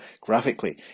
graphically